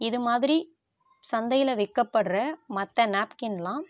இதுமாதிரி சந்தையில் விற்கப்படுற மற்ற நாப்கின்லாம்